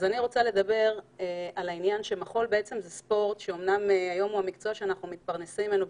מחול זה ספורט ואנחנו היום מתפרנסים ממנו,